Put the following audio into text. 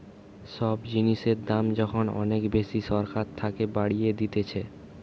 সব জিনিসের দাম যখন অনেক বেশি সরকার থাকে বাড়িয়ে দিতেছে